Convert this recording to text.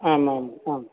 आम् आम् आम्